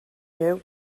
you